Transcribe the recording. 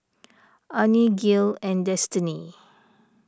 Arne Gil and Destiney